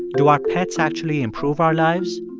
do our pets actually improve our lives?